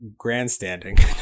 grandstanding